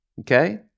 Okay